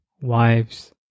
wives